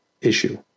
issue